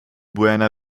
buena